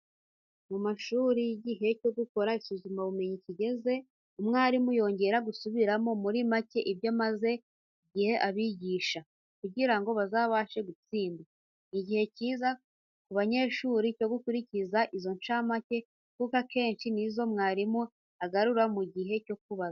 Mu mashuri iyo igihe cyo gukora isuzumabumenyi kigeze, umwarimu yongera gusubiramo muri make ibyo amaze igihe abigisha, kugira ngo bazabashe gutsinda. Ni igihe cyiza ku banyeshuri cyo gukurikira izo nshamake kuko akenshi ni zo mwarimu agarura mu gihe cyo kubazwa.